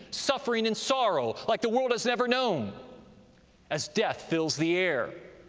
suffering and sorrow like the world has never known as death fills the air.